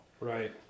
Right